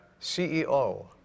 CEO